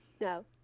No